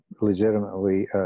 legitimately